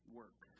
work